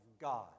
God